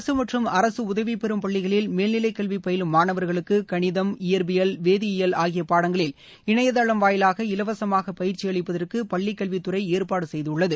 அரசு மற்றும் அரசு உதவி பெறம் பள்ளிகளில் மேல்நிலைக் கல்வி பயிலும் மாணவர்களுக்கு கணிதம் இயற்பியல் வேதியியல் ஆகிய பாடங்களில் இணைய தளம் வாயிலாக இலவசமாக பயிற்சி அளிப்பதற்கு பள்ளி கல்வித் துறை ஏற்பாடு செய்துள்ளது